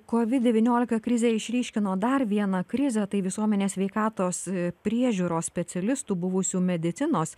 kovid devyniolika krizė išryškino dar vieną krizę tai visuomenės sveikatos priežiūros specialistų buvusių medicinos